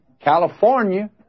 California